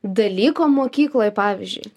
dalyko mokykloj pavyzdžiui